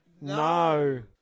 no